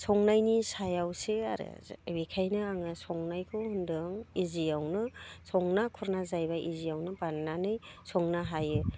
संनायनि सायावसो आरो बेखायनो आङो संनायखौ होनदों इजियावनो संना खुरना जाहैबाय इजियावनो बानायनानै संनो हायो